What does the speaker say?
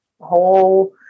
whole